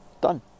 done